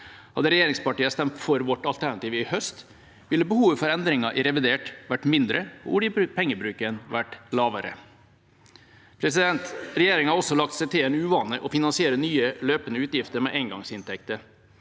Hadde regjeringspartiene stemt for vårt alternativ i høst, ville behovet for endringer i revidert budsjett vært mindre og oljepengebruken vært lavere. Regjeringen har også lagt seg til en uvane med å finansiere nye løpende utgifter med engangsinntekter.